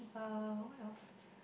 uh what else